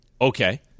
Okay